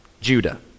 Judah